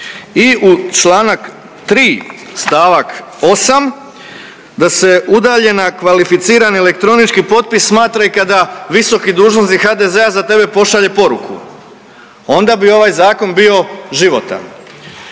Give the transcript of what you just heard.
i čl. 3. st. 8. da se udaljen, a kvalificirani elektronički potpis smatra i kada visoki dužnosnik HDZ-a za tebe pošalje poruku onda bi ovaj zakon bio životan.